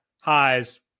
highs